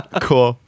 cool